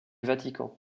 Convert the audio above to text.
vatican